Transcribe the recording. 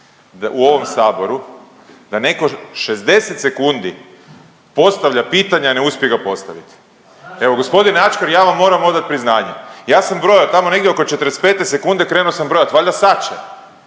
u ovom saboru da neko 60 sekundi postavlja pitanja, a ne uspije ga postaviti. Evo g. Ačkar, ja vam moram odat priznanje. Ja sam brojao, tamo negdje oko 45 sekunde krenuo sam brojat, valjda sad